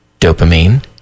dopamine